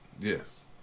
Yes